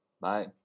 bye